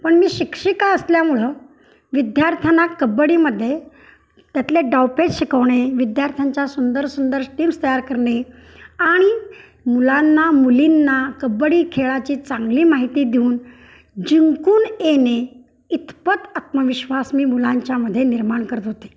पण मी शिक्षिका असल्यामुळं विद्यार्थ्यांना कबड्डीमध्ये त्यातले डावपेच शिकवणे विद्यार्थ्यांच्या सुंदर सुंदर टीम्स तयार करणे आणि मुलांना मुलींना कबड्डी खेळाची चांगली माहिती देऊन जिंकून येणे इतपत आत्मविश्वास मी मुलांच्यामध्ये निर्माण करत होते